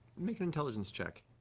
make an intelligence check.